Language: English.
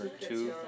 two